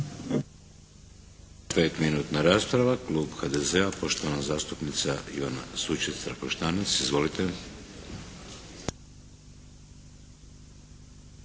minutna rasprava. Klub HDZ-a poštovana zastupnica Ivana Sučec-Trakoštanec. Izvolite!